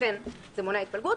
שאכן זה מונע התפלגות,